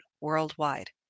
worldwide